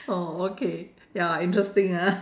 oh okay ya interesting ah